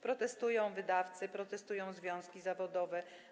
Protestują wydawcy, protestują związki zawodowe.